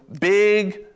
big